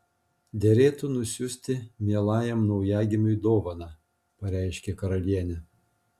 derėtų nusiųsti mielajam naujagimiui dovaną pareiškė karalienė